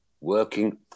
working